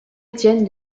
étienne